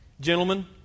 Gentlemen